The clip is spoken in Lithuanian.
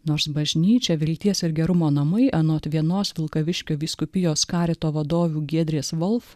nors bažnyčia vilties ir gerumo namai anot vienos vilkaviškio vyskupijos karito vadovių giedrės volf